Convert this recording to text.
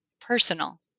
personal